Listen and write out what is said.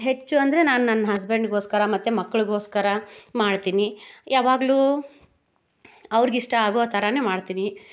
ಹೆಚ್ಚು ಅಂದರೆ ನಾನು ನನ್ನ ಹಸ್ಬೆಂಡಿಗೋಸ್ಕರ ಮತ್ತು ಮಕ್ಳಿಗೋಸ್ಕರ ಮಾಡ್ತೀನಿ ಯಾವಾಗಲೂ ಅವ್ರಿಗಿಷ್ಟ ಆಗೋ ಥರನೆ ಮಾಡ್ತೀನಿ